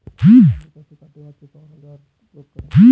धान को कैसे काटे व किस औजार का उपयोग करें?